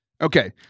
Okay